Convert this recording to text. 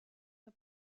the